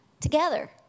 together